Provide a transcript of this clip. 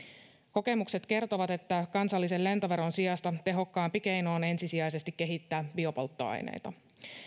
kokemukset kertovat että kansallisen lentoveron sijasta tehokkaampi keino on ensisijaisesti kehittää biopolttoaineita